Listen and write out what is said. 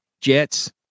Jets